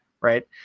Right